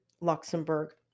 Luxembourg